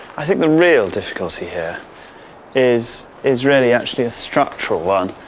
i think the real difficulty here is is really actually a structural one.